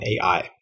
AI